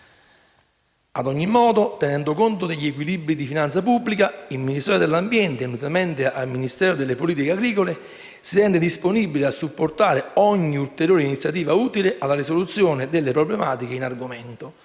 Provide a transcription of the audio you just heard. Ad ogni modo, tenendo conto degli equilibri di finanza pubblica, il Ministero dell'ambiente, unitamente al Ministero delle politiche agricole, si rende disponibile a supportare ogni ulteriore iniziativa utile alla risoluzione delle problematiche in argomento.